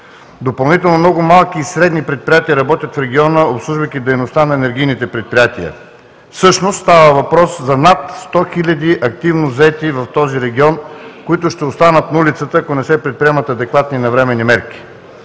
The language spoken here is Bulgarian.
Допълнително много малки и средни предприятия работят в региона, обслужвайки дейността на енергийните предприятия. Всъщност става въпрос за над 100 000 активно заети в този регион, които ще останат на улицата, ако не се предприемат адекватни и навременни мерки.